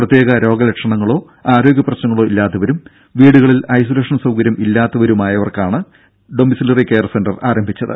പ്രത്യേക രോഗ ലക്ഷണങ്ങളോ ആരോഗ്യ പ്രശ്നങ്ങളോ ഇല്ലാത്തവരും വീടുകളിൽ ഐസൊലേഷൻ സൌകര്യം ഇല്ലാത്തവർക്കും വേണ്ടിയാണ് ഡൊമിസിലറി കെയർ സെന്റർ ആരംഭിച്ചത്